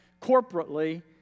corporately